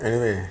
anyway